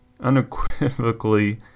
Unequivocally